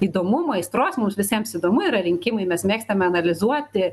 įdomumo aistros mums visiems įdomu yra rinkimai mes mėgstame analizuoti